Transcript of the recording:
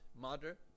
mother